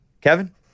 Kevin